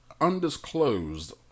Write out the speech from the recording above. undisclosed